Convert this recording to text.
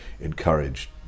encouraged